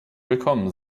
willkommen